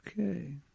Okay